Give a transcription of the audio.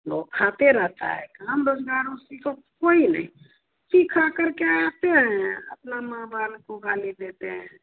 बौखाते रहता है काम धंधा किसी को कोई नहीं पी खा करके अपना आते हैं अपना माँ बाप को गाली देते हैं